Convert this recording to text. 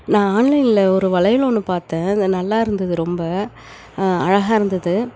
நான் ஆன்லைனில் ஒரு வளையல் ஒன்று பார்த்தேன் அது நல்லா இருந்தது ரொம்ப அழகாக இருந்தது